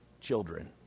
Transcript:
children